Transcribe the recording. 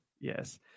Yes